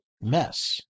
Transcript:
mess